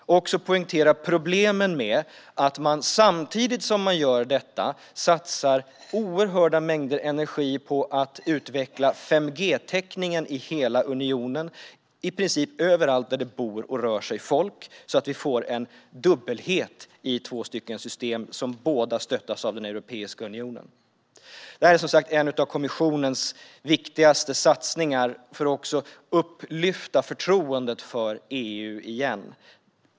Vi ska också poängtera problemen med att EU samtidigt som man gör detta satsar oerhörda mängder energi på att utveckla 5G-täckningen i hela unionen - i princip överallt där det bor och rör sig folk - så att vi få en dubbelhet med två stycken system som båda stöttas av Europeiska unionen. Detta är som sagt en av kommissionens viktigaste satsningar också för att lyfta upp förtroendet för EU igen.